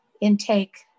intake